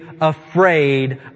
afraid